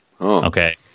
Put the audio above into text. okay